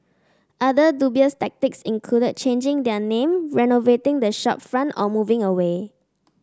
other dubious tactics included changing their name renovating the shopfront or moving away